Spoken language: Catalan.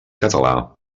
català